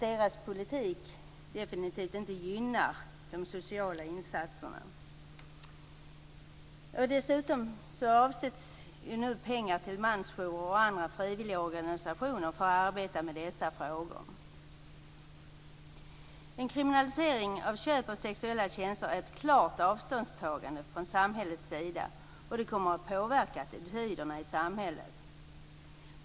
Den politiken gynnar definitivt inte de sociala insatserna. Dessutom avsätts nu pengar till mansjourer och andra frivilliga organisationer för att de skall arbeta med dessa frågor. En kriminalisering av köp av sexuella tjänster är ett klart avståndstagande från samhällets sida. Det kommer också att påverka attityderna i samhället.